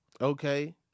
Okay